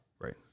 Right